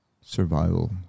survival